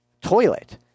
toilet